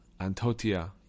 Antotia